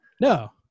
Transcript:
No